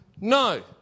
No